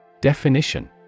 Definition